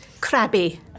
crabby